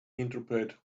interpret